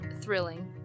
thrilling